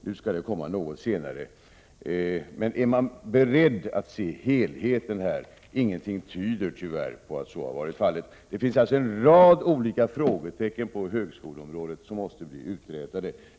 Nu kommer det något senare. Är man beredd att se helheten? Ingenting tyder tyvärr på att så är fallet. Det finns alltså en rad olika frågetecken på högskoleområdet, vilka måste bli uträtade.